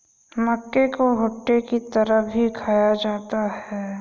मक्के को भुट्टे की तरह भी खाया जाता है